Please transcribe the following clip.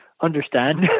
understand